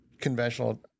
conventional